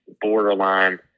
borderline